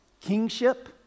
Kingship